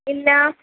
ഇല്ല